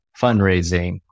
fundraising